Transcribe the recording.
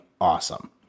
awesome